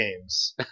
games